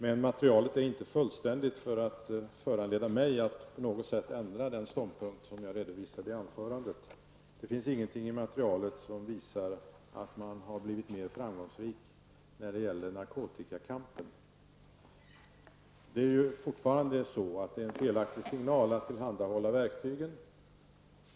Men materialet är inte tillräckligt fullständigt för att föranleda mig att på något sätt ändra den ståndpunkt som jag redovisade i anförandet. Det finns ingenting i materialet som visar att man har blivit mer framgångsrik i narkotikakampen. Det är fortfarande en felaktig signal att tillhandahålla verktygen.